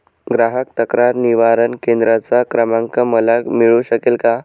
ग्राहक तक्रार निवारण केंद्राचा क्रमांक मला मिळू शकेल का?